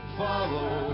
follow